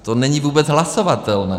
To není vůbec hlasovatelné.